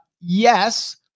Yes